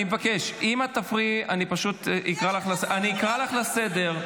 אני מבקש, אם את תפריעי, אקרא אותך לסדר.